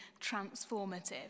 transformative